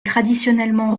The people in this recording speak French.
traditionnellement